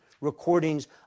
recordings